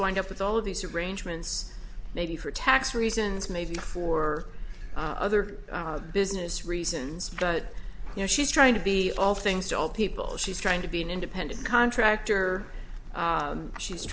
wind up with all of these arrangements maybe for tax reasons maybe for other business reasons but you know she's trying to be all things to all people she's trying to be an independent contractor she's